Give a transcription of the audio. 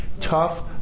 Tough